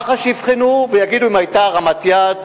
מח"ש יבחנו ויגידו אם היתה הרמת יד,